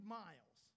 miles